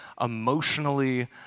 emotionally